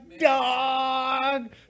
dog